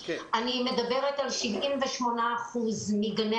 בצורה שידענו להתייעץ עם גדולי